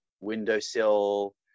windowsill